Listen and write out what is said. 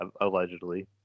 allegedly